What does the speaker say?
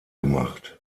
gemacht